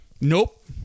Nope